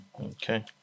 Okay